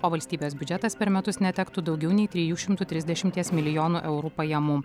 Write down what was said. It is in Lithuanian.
o valstybės biudžetas per metus netektų daugiau nei trijų šimtų trisdešimies milijonų eurų pajamų